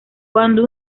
cuando